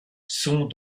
sont